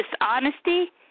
dishonesty